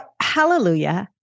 hallelujah